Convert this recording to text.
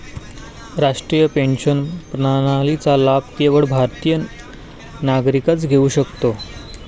राष्ट्रीय पेन्शन प्रणालीचा लाभ केवळ भारतीय नागरिकच घेऊ शकतो